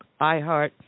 IHeart